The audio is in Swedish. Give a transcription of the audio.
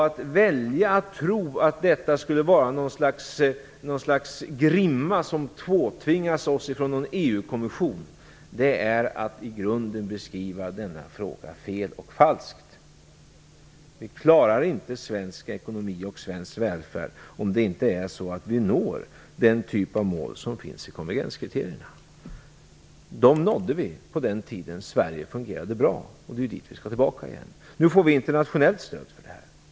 Att välja att tro att detta är något slags grimma som påtvingas oss från någon EU-kommission är att i grunden beskriva denna fråga fel. Vi klarar inte av den svenska ekonomin och den svenska välfärden om vi inte uppnår den typ av mål som finns i konvergenskriterierna. Dem uppnådde vi på den tiden då Sverige fungerade bra. Det är så vi skall ha det igen. Nu får vi internationellt stöd för detta.